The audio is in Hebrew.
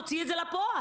תוציא את זה לפועל.